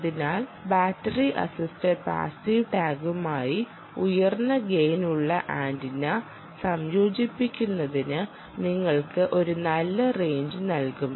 അതിനാൽ battery assisted passive ടാഗുമായി ഉയർന്ന ഗെയിനുള്ള ആന്റിന സംയോജിപ്പിക്കുന്നത് നിങ്ങൾക്ക് ഒരു നല്ല റെയിഞ്ചു നൽകും